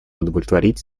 удовлетворить